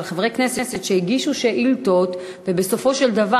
אבל חברי כנסת שהגישו שאילתות ובסופו של דבר